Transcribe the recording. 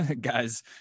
guys